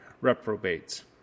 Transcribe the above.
reprobates